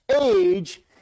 age